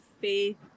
faith